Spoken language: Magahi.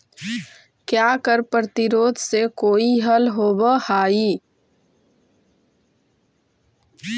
क्या कर प्रतिरोध से कोई हल होवअ हाई